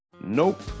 Nope